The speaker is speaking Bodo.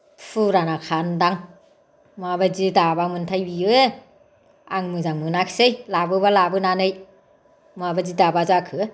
फुरानाखान्दां माबायदि दाबा मोनथाय बियो आं मोजां मोनाखिसै लाबोबा लाबोनानै माबायदि दाबा जाखो